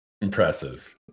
impressive